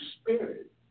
Spirit